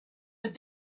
but